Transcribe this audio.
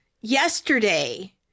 yesterday